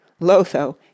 Lotho